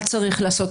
מה צריך לעשות,